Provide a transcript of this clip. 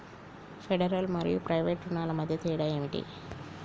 Federal మరియు private రుణాల మధ్య తేడా ఏమిటి?